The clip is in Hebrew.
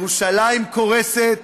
ירושלים קורסת,